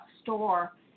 store